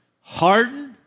hardened